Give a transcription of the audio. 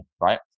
right